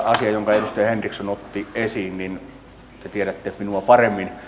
asia jonka edustaja henriksson otti esiin te tiedätte minua paremmin